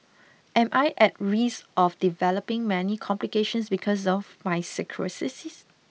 am I at risk of developing many complications because of my cirrhosis